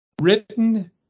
Written